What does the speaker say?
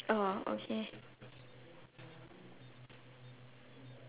oh okay